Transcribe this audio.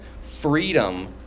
freedom